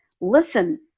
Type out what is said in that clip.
listen